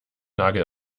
nagel